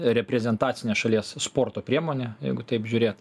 reprezentacinė šalies sporto priemonė jeigu taip žiūrėt